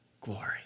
glory